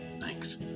Thanks